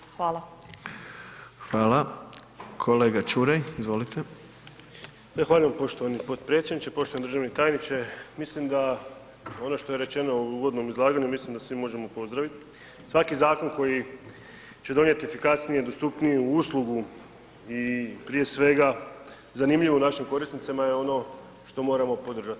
Zahvaljujem poštovani podpredsjedniče, poštovani državni tajniče, mislim da ono što je rečeno u uvodnom izlaganju mislim da svi možemo pozdravit, svaki zakon koji će donijet efikasniju, dostupniju uslugu i prije svega zanimljivo našim korisnicima je ono što moramo podržati.